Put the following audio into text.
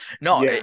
no